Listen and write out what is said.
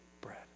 bread